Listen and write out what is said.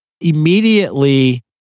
immediately